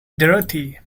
dorothy